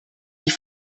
die